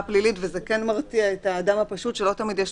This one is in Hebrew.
פלילית וזה כן מרתיע את האדם הפשוט שלא תמיד יש